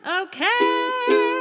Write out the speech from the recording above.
okay